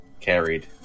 carried